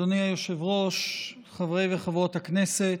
אדוני היושב-ראש, חברי וחברות הכנסת,